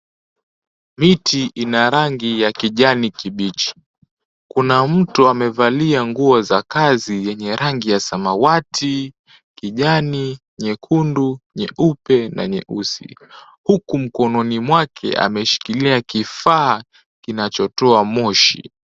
Miti ina rangi ya kijani kibichi. Kuna mtu amevalia nguoa za kazi za rangi ya samawati, kijani, nyekundu, nyeupe na nyeusi huku mkononi mwake ameshikilia kifaa kinachotoa moshi.